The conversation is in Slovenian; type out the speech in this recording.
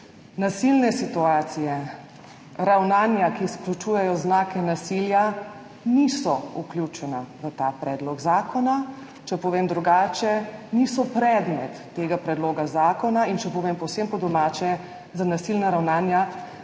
nasilne situacije, ravnanja, ki izključujejo znake nasilja, niso vključeni v ta predlog zakona, če povem drugače, niso predmet tega predloga zakona, in če povem povsem po domače, za nasilna ravnanja,